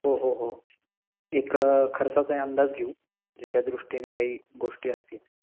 हो हो हो एक खर्चाचाही अंदाज घेऊ जे त्या दृष्टीने काही गोष्टी असतील